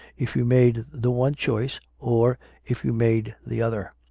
if you made the one choice, or if you made the other.